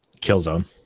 killzone